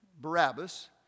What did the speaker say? Barabbas